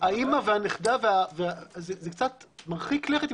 זה קצת מרחיק לכת.